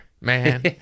man